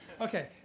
Okay